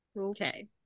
Okay